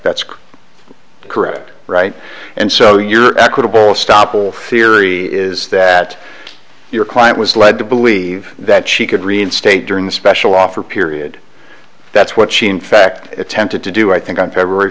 crazy correct right and so your equitable stoppel theory is that your client was led to believe that she could reinstate during the special offer period that's what she in fact attempted to do i think on february